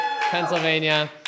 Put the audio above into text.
Pennsylvania